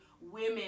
women